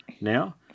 now